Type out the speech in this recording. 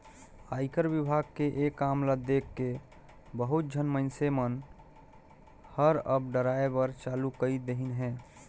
आयकर विभाग के ये काम ल देखके बहुत झन मइनसे मन हर अब डराय बर चालू कइर देहिन हे